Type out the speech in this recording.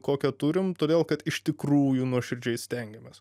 kokią turim todėl kad iš tikrųjų nuoširdžiai stengiamės